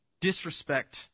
disrespect